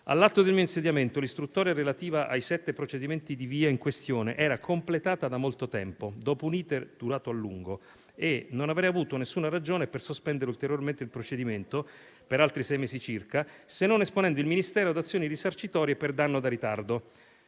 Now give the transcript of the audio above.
All'atto del mio insediamento, l'istruttoria relativa ai sette procedimenti di VIA in questione era completata da molto tempo, dopo un *iter* durato a lungo; non avrei avuto nessuna ragione per sospendere ulteriormente il procedimento, per altri sei mesi circa, se non esponendo il Ministero ad azioni risarcitorie per danno da ritardo.